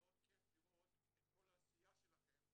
מאוד כיף לראות את כל העשייה שלכם,